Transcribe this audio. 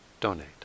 donate